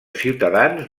ciutadans